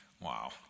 Wow